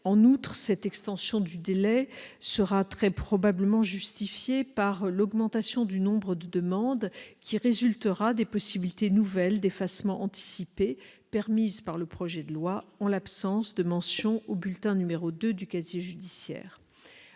En outre, cette extension du délai se justifie par la très probable augmentation du nombre de demandes qui résultera des possibilités nouvelles d'effacement anticipé permises par le projet de loi, en l'absence de mention au bulletin n° 2 du casier judiciaire.